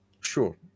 Sure